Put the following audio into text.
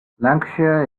lancashire